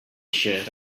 shirt